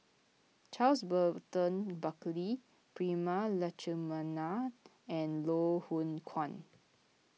Charles Burton Buckley Prema Letchumanan and Loh Hoong Kwan